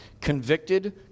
Convicted